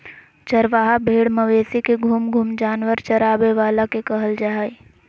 चरवाहा भेड़ मवेशी के घूम घूम जानवर चराबे वाला के कहल जा हइ